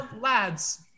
lads